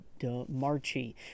DeMarchi